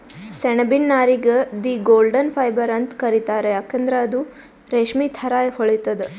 ಸೆಣಬಿನ್ ನಾರಿಗ್ the golden fibre ಅಂತ್ ಕರಿತಾರ್ ಯಾಕಂದ್ರ್ ಇದು ರೇಶ್ಮಿ ಥರಾ ಹೊಳಿತದ್